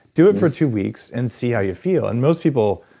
do it for two weeks and see how you feel. and most people,